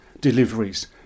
deliveries